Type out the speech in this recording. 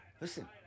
Listen